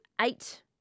eight